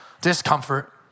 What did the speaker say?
discomfort